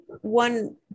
one